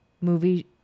movie